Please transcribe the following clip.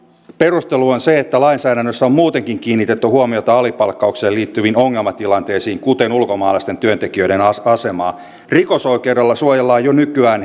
perustelu on se että lainsäädännössä on muutenkin kiinnitetty huomiota alipalkkaukseen liittyviin ongelmatilanteisiin kuten ulkomaalaisten työntekijöiden asemaan rikosoikeudella suojellaan jo nykyään